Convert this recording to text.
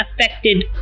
affected